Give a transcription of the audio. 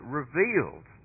revealed